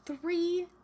Three